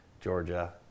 Georgia